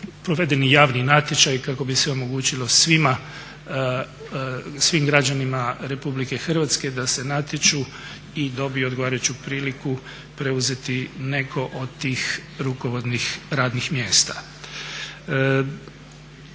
javni natječaji kako bi se omogućilo svim građanima Republike Hrvatske da se natječu i dobiju odgovarajuću priliku preuzeti neko od tih rukovodnih radnih mjesta.